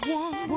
one